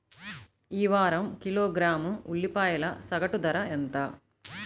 ఈ వారం కిలోగ్రాము ఉల్లిపాయల సగటు ధర ఎంత?